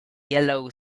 yellow